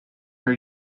her